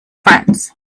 friends